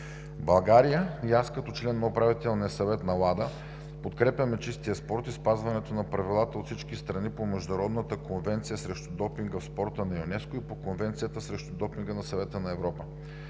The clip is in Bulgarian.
България и аз като член на Управителния съвет на WADA подкрепяме чистия спорт и спазването на правилата от всички страни по Международната конвенция срещу допинга в спорта на ЮНЕСКО и по Конвенцията срещу допинга на Съвета на Европа.